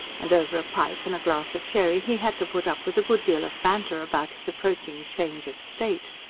and over a pipe and a glass of sherry, he had to put up with a good deal of banter about his approaching change of state.